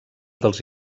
dels